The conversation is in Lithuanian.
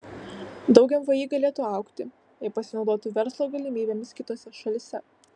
daug mvį galėtų augti jei pasinaudotų verslo galimybėmis kitose šalyse